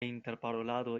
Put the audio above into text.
interparolado